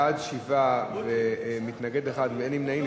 בעד, 7. מתנגד אחד, אין נמנעים.